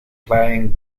playing